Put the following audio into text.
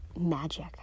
magic